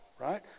right